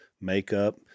makeup